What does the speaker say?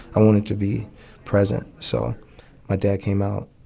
i wanted to be present. so my dad came out,